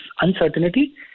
uncertainty